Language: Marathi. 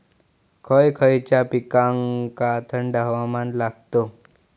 खय खयच्या पिकांका थंड हवामान लागतं?